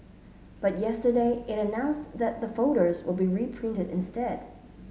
but yesterday it announced that the folders will be reprinted instead